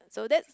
so that's